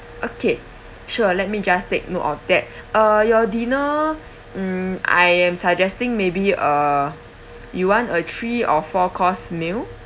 okay sure let me just take note of that uh your dinner um I am suggesting maybe uh you want a three or four course meal